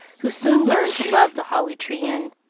who soon learned to love the holly tree inn,